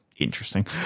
interesting